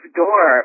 door